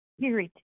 spirit